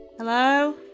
Hello